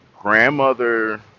grandmother